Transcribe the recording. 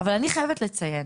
אבל אני חייבת לציין,